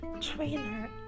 trailer